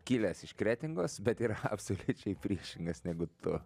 kilęs iš kretingos bet yra absoliučiai priešingas negu tu